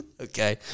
Okay